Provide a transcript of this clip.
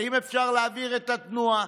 אם אפשר להעביר את התנועה,